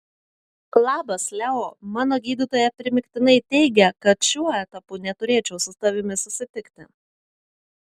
labas leo mano gydytoja primygtinai teigia kad šiuo etapu neturėčiau su tavimi susitikti